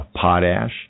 potash